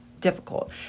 difficult